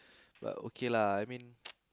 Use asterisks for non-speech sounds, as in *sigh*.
but okay lah I mean *noise*